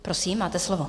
Prosím, máte slovo.